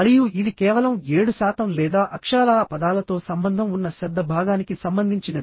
మరియు ఇది కేవలం 7 శాతం లేదా అక్షరాలా పదాలతో సంబంధం ఉన్న శబ్ద భాగానికి సంబంధించినది